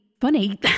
funny